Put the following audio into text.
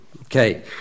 Okay